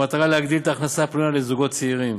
המטרה היא להגדיל את ההכנסה הפנויה לזוגות צעירים,